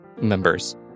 members